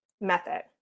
Method